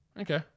Okay